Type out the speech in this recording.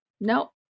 no